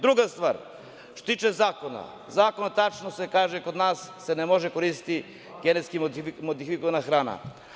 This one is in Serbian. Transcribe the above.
Druga stvar, što se tiče zakona, u zakonu se tačno kaže, kod nas se ne može koristiti genetski modifikovana hrana.